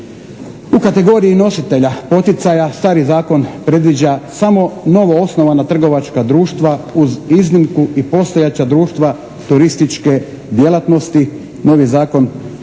U kategoriji nositelja poticaja stari zakon predviđa samo novo osnovana trgovačka društva uz iznimku i postojeća društva turističke djelatnosti. Novi zakon